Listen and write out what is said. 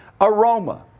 aroma